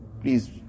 please